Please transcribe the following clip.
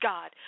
God